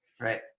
Right